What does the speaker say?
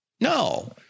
No